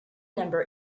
number